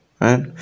right